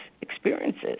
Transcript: experiences